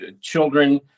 Children